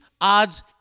odds